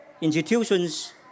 institutions